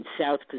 South